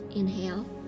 inhale